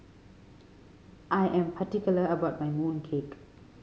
I am particular about my mooncake